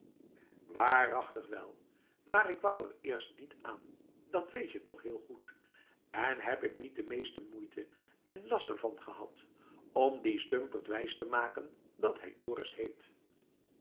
waarachtig wel maar k wou er eerst niet aan dat weet je toch heel goed en heb ik niet de meeste moeite en last er van gehad om dien stumperd wijs te maken dat hij dorus heet